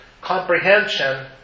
comprehension